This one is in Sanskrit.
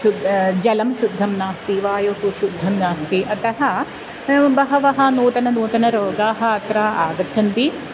शुद्धं जलं शुद्धं नास्ति वायुः शुद्धं नास्ति अतः नाम बहवः नूतननूतनरोगाः अत्र आगच्छन्ति